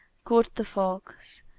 quoth the fox,